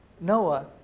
Noah